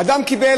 אדם קיבל,